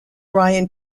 ryan